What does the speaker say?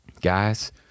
guys